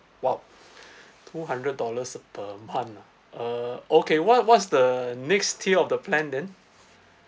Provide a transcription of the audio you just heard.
!wow! two hundred dollars per month ah uh okay what what's the next tier of the plan then